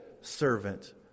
servant